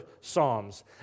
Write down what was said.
Psalms